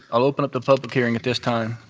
i will open up the public hearing at this time.